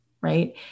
right